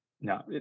no